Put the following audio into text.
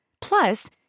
Plus